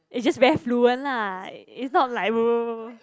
is just very fluent lah is not like !woah!